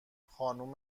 خانم